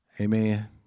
Amen